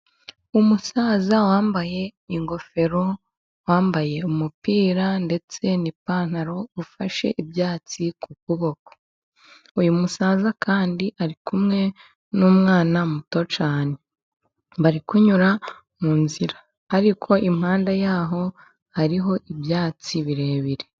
Umusaza wambaye ingofero， wambaye umupira ndetse n'ipantaro，ufashe ibyatsi ku kuboko. Uyu musaza kandi ari kumwe n’umwana muto cyane， bari kunyura mu nzira，ariko impande yaho， hariho ibyatsi birebire.